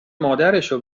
مادرشو